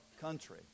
country